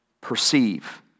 Perceive